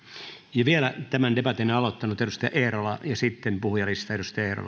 ja vielä tämän debatin aloittanut edustaja eerola ja sitten puhujalistaan